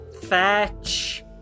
Fetch